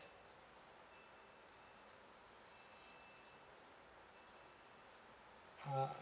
ah